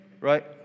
right